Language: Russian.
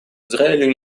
израилю